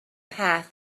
path